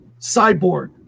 Cyborg